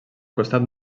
costat